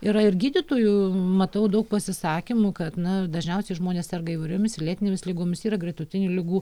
yra ir gydytojų matau daug pasisakymų kad na dažniausiai žmonės serga įvairiomis lėtinėmis ligomis yra gretutinių ligų